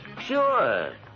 Sure